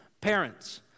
Parents